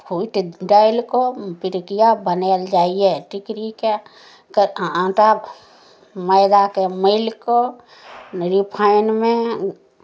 फूटि डालि कऽ पिरुकिया बनायल जाइए टिकड़ीके आँटा मैदाकेँ मलि कऽ रिफाइनमे